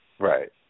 Right